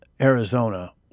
Arizona